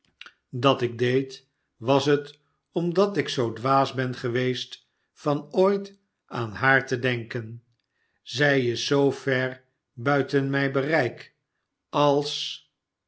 dat ik deed was het omdat ik zoo dwaas ben geweest van ooit aan haar te denken zij is zoo ver buiten mijn bereik als